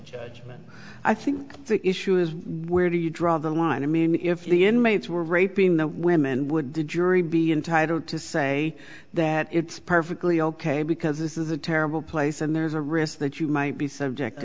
judgment i think the issue is where do you draw the line i mean if the inmates were raping the women would jury be entitled to say that it's perfectly ok because this is a terrible place and there's a risk that you might be subjected to